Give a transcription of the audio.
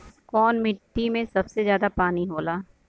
कौन मिट्टी मे सबसे ज्यादा पानी होला?